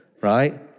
right